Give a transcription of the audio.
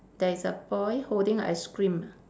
there is a boy holding a ice cream